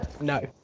no